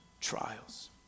Trials